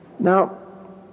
Now